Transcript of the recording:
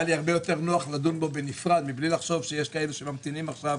היה לי הרבה יתר נוח לדון בו בנפרד מבלי לחשוב שיש כאלה שממתינים עכשיו